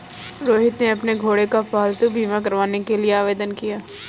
रोहित ने अपने घोड़े का पालतू बीमा करवाने के लिए आवेदन किया